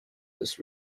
was